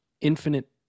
infinite